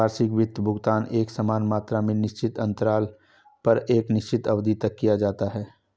वार्षिक वित्त भुगतान एकसमान मात्रा में निश्चित अन्तराल पर एक निश्चित अवधि तक किया जाता है